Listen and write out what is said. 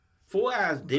full-ass